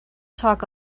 talk